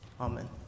Amen